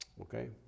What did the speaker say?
Okay